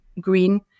green